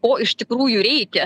o iš tikrųjų reikia